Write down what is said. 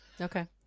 Okay